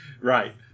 right